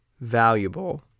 valuable